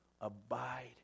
abide